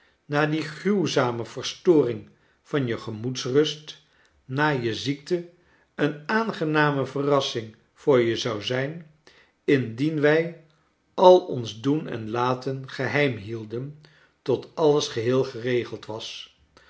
na die gruwzame verstoring van je gemoedsrust na je ziekte een aangename verrassing voor je zou zijn indien wij al ons doen en laten geheim hielden tot alles geheel geregeld was